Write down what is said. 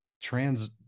trans